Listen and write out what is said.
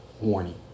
warning